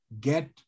get